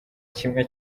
kimwe